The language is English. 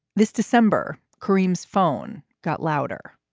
this december, karim's phone got louder,